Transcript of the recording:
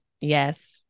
Yes